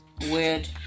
weird